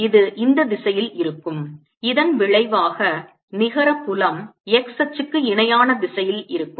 எனவே இது இந்த திசையில் இருக்கும் இதன் விளைவாக நிகர புலம் x அச்சுக்கு இணையான திசையில் இருக்கும்